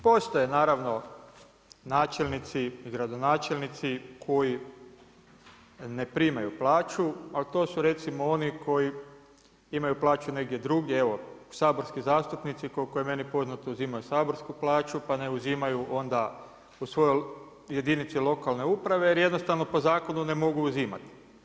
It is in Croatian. Postoje naravno načelnici i gradonačelnici koji ne primaju plaću ali to su recimo oni koji imaju plaću negdje druge, evo saborski zastupnici, koliko je meni poznato, uzimaju saborsku plaću pa ne uzimaju onda u svojoj jedinici lokalne uprave jer jednostavno po zakonu ne mogu uzimati.